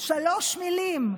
שלוש מילים,